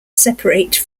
separate